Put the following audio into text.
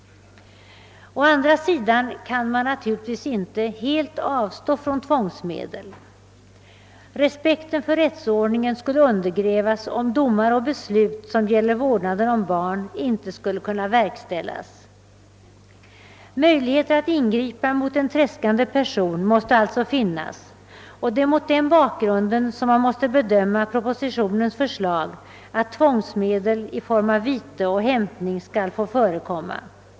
Å andra sidan kan man naturligtvis inte helt avstå från tvångsmedel. Respekten för rättsordningen skulle undergrävas, om domar och beslut som gäller vårdnaden om barn inte skulle kunna verkställas. Möjligheter att ingripa mot en tredskande person måste alltså finnas, och det är mot den bakgrunden som man måste bedöma propositionens förslag att tvångsmedel i form av vite och hämtning skall få förekomma.